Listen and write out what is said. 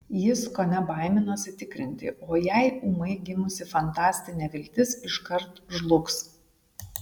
jis kone baiminosi tikrinti o jei ūmai gimusi fantastinė viltis iškart žlugs